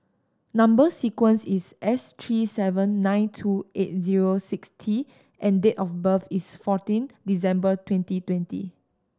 number sequence is S three seven nine two eight zero six T and date of birth is fourteen December twenty twenty